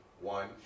one